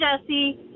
Jesse